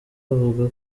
bavuga